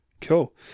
Cool